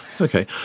Okay